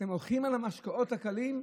אתם הולכים על המשקאות הקלים,